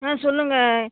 ஆ சொல்லுங்க